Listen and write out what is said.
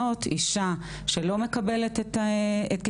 כמובן אפילו רק מהשיקול הכלכלי כדאי להשקיע